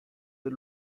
del